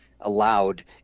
allowed